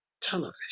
television